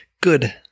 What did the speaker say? good